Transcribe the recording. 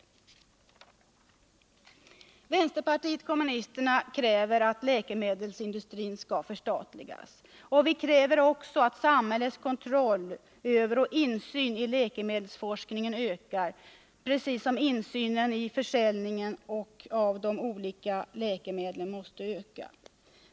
Vi inom vänsterpartiet kommunisterna kräver att läkemedelsindustrin skall förstatligas. Vi kräver också att samhällets kontroll över och insyn i läkemedelsforskning ökar, liksom att insynen i försäljningen av de olika läkemedlen ökar.